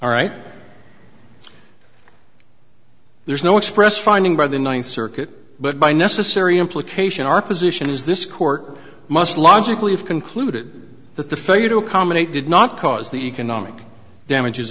right there's no expressed finding by the ninth circuit but by necessary implication our position is this court must logically have concluded that the failure to accommodate did not cause the economic damages